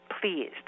pleased